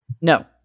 no